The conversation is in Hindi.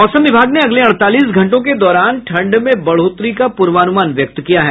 मौसम विभाग ने अगले अड़तालीस घंटों के दौरान ठंड में बढ़ोतरी का पूर्वानुमान व्यक्त किया है